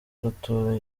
rutura